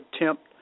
attempt